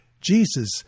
Jesus